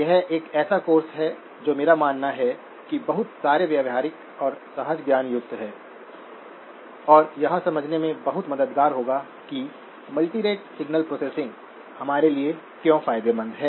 यह एक ऐसा कोर्स है जो मेरा मानना है कि बहुत सारे व्यावहारिक और सहज ज्ञान युक्त हैं और यह समझने में बहुत मददगार होगा कि मल्टीरेट सिग्नल प्रोसेसिंग हमारे लिए क्यों फायदेमंद है